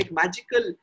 magical